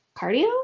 Cardio